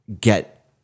get